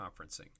Conferencing